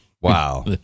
wow